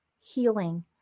healing